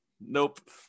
nope